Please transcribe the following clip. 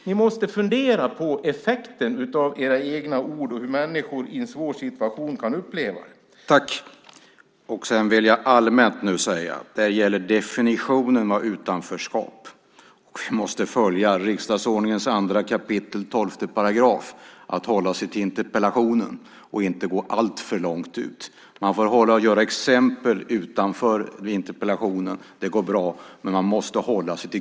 Ni måste fundera på effekten av era egna ord och hur människor i en svår situation kan uppleva detta.